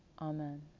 Amen